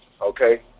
okay